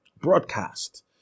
broadcast